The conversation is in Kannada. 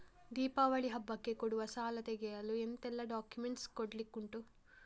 ದೀಪಾವಳಿ ಹಬ್ಬಕ್ಕೆ ಕೊಡುವ ಸಾಲ ತೆಗೆಯಲು ಎಂತೆಲ್ಲಾ ಡಾಕ್ಯುಮೆಂಟ್ಸ್ ಕೊಡ್ಲಿಕುಂಟು?